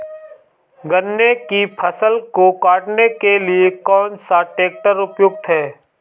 गन्ने की फसल को काटने के लिए कौन सा ट्रैक्टर उपयुक्त है?